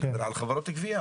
אני יודע שזה וולונטרי,